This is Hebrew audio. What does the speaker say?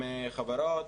מחברות,